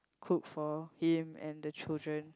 cook for him and the children